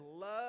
love